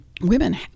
women